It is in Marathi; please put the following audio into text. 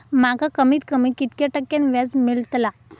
माका कमीत कमी कितक्या टक्क्यान व्याज मेलतला?